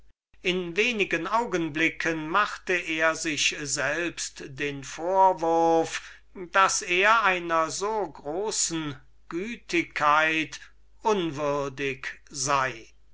in wenigen augenblicken machte er sich selbst den vorwurf daß er einer so großen gütigkeit unwürdig sei